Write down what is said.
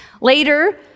Later